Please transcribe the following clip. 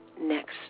next